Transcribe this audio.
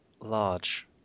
large